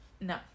no